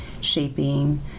shaping